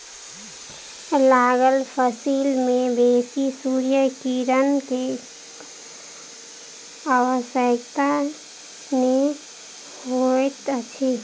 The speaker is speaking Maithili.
लागल फसिल में बेसी सूर्य किरणक आवश्यकता नै होइत अछि